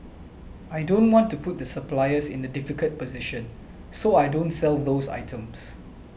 I don't want to put the suppliers in the difficult position so I don't sell those items